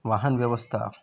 વાહન વ્યવસ્થા